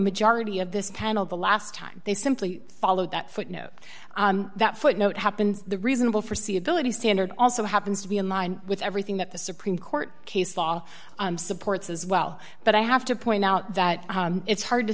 majority of this panel the last time they simply followed that footnote that footnote happened the reasonable for c ability standard also happens to be in line with everything that the supreme court case law supports as well but i have to point out that it's hard to